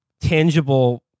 tangible